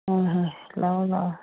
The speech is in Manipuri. ꯎꯝ ꯍꯨꯝ ꯂꯥꯛꯑꯣ ꯂꯥꯛꯑꯣ